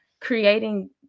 Creating